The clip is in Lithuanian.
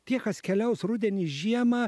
tie kas keliaus rudenį žiemą